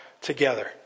together